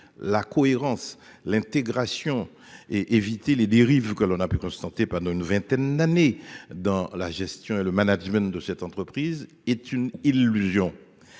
la cohérence, l'intégration et éviter les dérives que l'on a pu constater pendant une vingtaine d'années dans la gestion et le management de cette entreprise est une illusion.